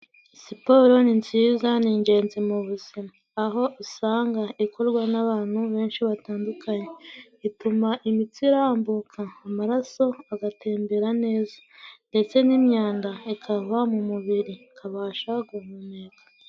Siporo ni nziza, ni ingenzi mu buzima, aho usanga ikorwa n'abantu benshi batandukanye. Ituma imitsi irambuka, amaraso agatembera neza, ndetse n'imyanda ikava mu mubiri ikabasha guhumeka.